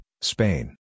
Spain